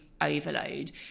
Overload